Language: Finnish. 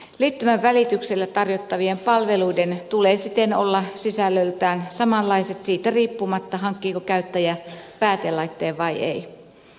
liittymän välityksellä tarjottavien palveluiden tulee siten olla sisällöltään samanlaiset siitä riippumatta hankkiiko käyttäjä päätelaitteen vai ei